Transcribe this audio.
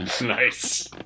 Nice